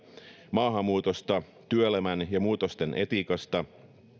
maahanmuutosta työelämän ja muutosten etiikasta